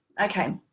okay